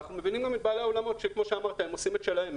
ואנחנו מבינים גם את בעלי האולמות שהם עושים את שלהם,